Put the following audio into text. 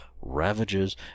ravages